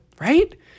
right